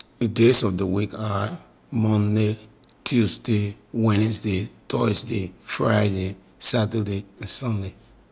Ley days of ley week are: monday tuesday wednesday thursday friday saturday and sunday